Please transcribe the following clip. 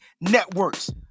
Networks